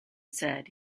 said